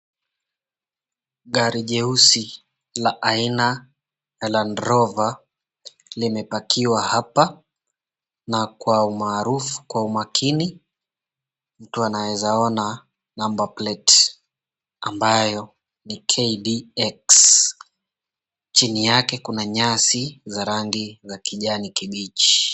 Gari jeusi la aina ya Landrover limepakiwa hapa na kwa umaarufu kwa umakini mtu anaweza ona namba plate ambayo ni KDX. Chini yake kuna nyasi za rangi za kijani kibichi.